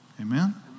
Amen